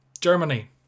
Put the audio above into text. Germany